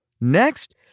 Next